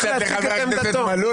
אני דואג לחבר הכנסת מלול,